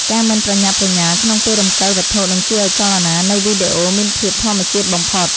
ការមិនប្រញាប់ប្រញាល់ក្នុងពេលរំកិលវត្ថុនឹងជួយឱ្យចលនានៃវីដេអូមានភាពធម្មជាតិបំផុត។